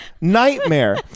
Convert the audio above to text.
nightmare